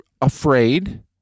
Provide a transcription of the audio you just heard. afraid